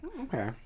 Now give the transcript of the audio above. Okay